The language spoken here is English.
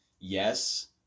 yes